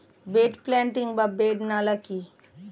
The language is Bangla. বেড প্লান্টিং বা বেড নালা কি?